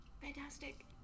Fantastic